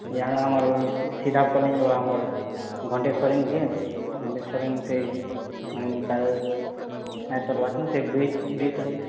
ଇୟାଡୁ ଆମର ସିଧା ପଳେଇ ଜିମା ଆମର ଘଣ୍ଟେଶ୍ୱରୀ ଇଏ ଘଣ୍ଟେଶ୍ୱରୀ ସେଇ ତାର ତଳେ ବାଟେ ବ୍ରିଜ୍ ବ୍ରିଜଟେ କ'ଣ